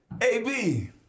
AB